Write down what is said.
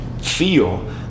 feel